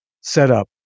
setup